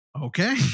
Okay